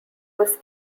was